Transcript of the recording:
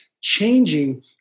changing